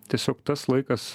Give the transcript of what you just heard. tiesiog tas laikas